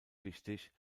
wichtig